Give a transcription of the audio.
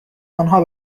آنها